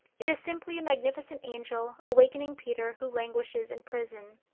it is simply a magnificent angel awakening peter who languishes in prison.